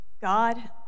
God